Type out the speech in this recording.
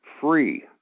free